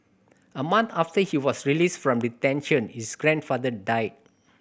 a month after he was released from detention his grandfather died